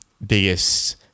biggest